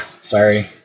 sorry